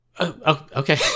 okay